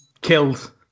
killed